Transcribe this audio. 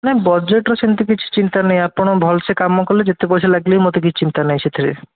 ନା ବଜେଟ୍ର ସେମିତି କିଛି ଚିନ୍ତା ନାଇଁ ଆପଣ ଭଲ୍ସେ କାମ କଲେ ଯେତେ ପଇସା ଲାଗିଲେ ବି ମୋତେ କିଛି ଚିନ୍ତା ନାଇଁ ସେଥିରେ